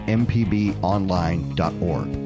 mpbonline.org